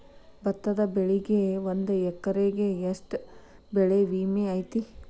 ಭತ್ತದ ಬೆಳಿಗೆ ಒಂದು ಎಕರೆಗೆ ಎಷ್ಟ ಬೆಳೆ ವಿಮೆ ಐತಿ?